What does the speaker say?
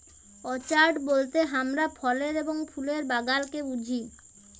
orchard বলতে হামরা ফলের এবং ফুলের বাগালকে বুঝি